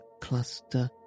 cluster